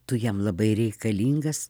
tu jam labai reikalingas